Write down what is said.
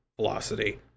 velocity